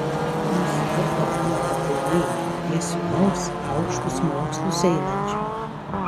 nusipirko namą pakaunėj prie sūnaus aukštus mokslus einančio